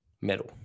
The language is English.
metal